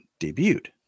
debuted